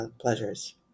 pleasures